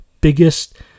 biggest